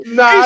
no